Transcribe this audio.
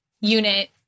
unit